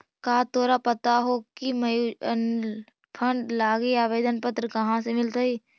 का तोरा पता हो की म्यूचूअल फंड लागी आवेदन पत्र कहाँ से मिलतई?